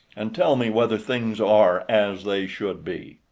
and tell me whether things are as they should be.